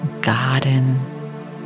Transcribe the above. garden